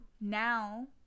now